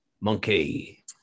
Monkey